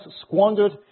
squandered